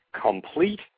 complete